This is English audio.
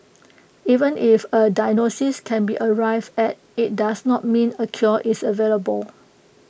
even if A diagnosis can be arrived at IT does not mean A cure is available